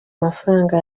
mafaranga